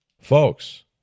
folks